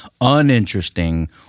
uninteresting